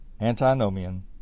antinomian